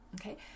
okay